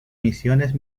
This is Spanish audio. misiones